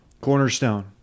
Cornerstone